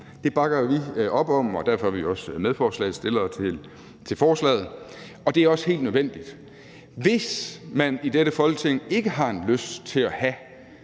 Det bakker vi op om, og derfor er vi også medforslagsstillere til forslaget – og det er også helt nødvendigt. Hvis man i dette Folketing ikke har en lyst til at have